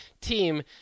team